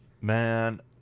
Man